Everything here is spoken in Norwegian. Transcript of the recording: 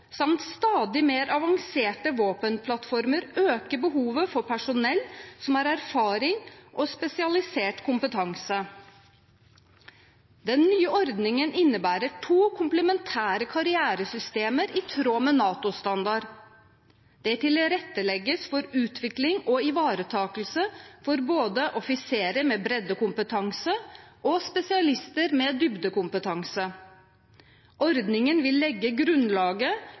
samt stadig mer avanserte våpenplattformer øker behovet for personell som har erfaring og spesialisert kompetanse. Den nye ordningen innebærer to komplementære karrieresystemer i tråd med NATO-standard. Det tilrettelegges for utvikling og ivaretakelse av både offiserer med breddekompetanse og spesialister med dybdekompetanse. Ordningen vil legge grunnlaget